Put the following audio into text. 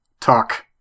talk